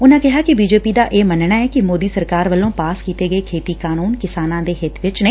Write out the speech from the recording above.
ਉਨਾਂ ਕਿਹਾ ਕਿ ਬੀਜੇਪੀ ਦਾ ਇਹ ਮੰਨਣਾ ਐ ਕਿ ਮੋਦੀ ਸਰਕਾਰ ਵੱਲੋ ਂ ਪਾਸ ਕੀਤੇ ਗਏ ਖੇਤੀ ਕਾਨੁੰਨ ਕਿਸਾਨਾਂ ਦੇ ਹਿੱਤ ਵਿਚ ਨੇ